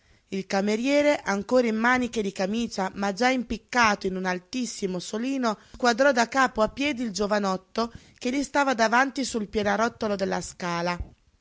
il cameriere ancora in maniche di camicia ma già impiccato in un altissimo solino squadrò da capo a piedi il giovanotto che gli stava davanti sul pianerottolo della scala